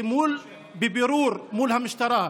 בבירור מול המשטרה,